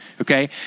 okay